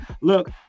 Look